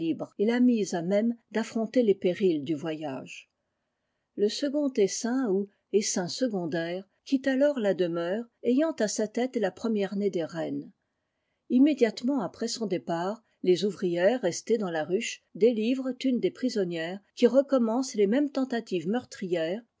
et l'a mise à même d'affronter les périls du voyage le second essaim ou essaim secondaire quitte alors la demeure ayant à sa tête la première née des reines immédiatement après son départ les ouvrières restées dans la ruche délivrent une des prisonnières qui recommence les mômes tentatives meurtrières